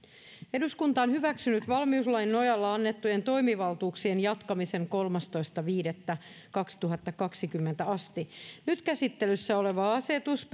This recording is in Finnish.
eduskunta on hyväksynyt valmiuslain nojalla annettujen toimivaltuuksien jatkamisen kolmastoista viidettä kaksituhattakaksikymmentä asti nyt käsittelyssä oleva asetus